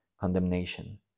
condemnation